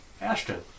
Ashton